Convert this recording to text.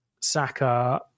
Saka